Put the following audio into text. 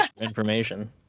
information